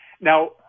Now